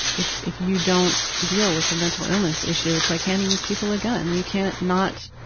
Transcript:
if if you don't deal with a mental illness issue is like handing these people a gun. and you can't not,